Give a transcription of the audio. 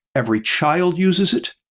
every child uses it,